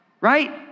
right